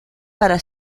para